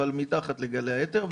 אבל מתחת לגלי האתר,